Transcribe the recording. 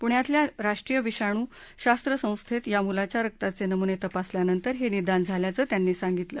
पुण्यातल्या राष्ट्रीय विषाणूशास्त्र संस्थेत या मुलाच्या रक्ताचे नमूने तपासल्यानंतर हे निदान झाल्याचं त्यांनी सांगितलं